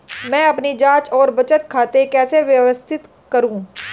मैं अपनी जांच और बचत खाते कैसे व्यवस्थित करूँ?